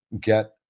get